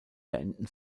beenden